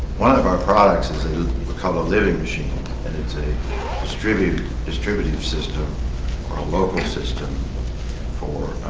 one of our products is called a living machine and it's a distributive distributive system or a local system for